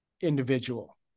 individual